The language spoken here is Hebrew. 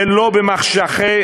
ולא במחשכי